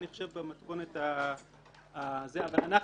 אני חושב שבמתכונת הזאת אבל אנחנו,